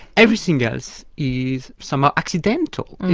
everything else is somewhat accidental,